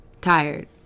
tired